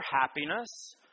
happiness